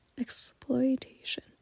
exploitation